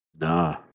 Nah